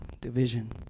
division